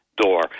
door